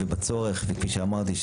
כפי שאמרתי,